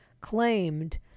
claimed